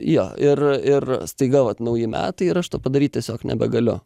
jo ir ir staiga vat nauji metai ir aš to padaryt tiesiog nebegaliu